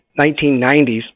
1990s